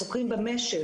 החוקרים במש"ל